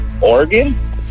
Oregon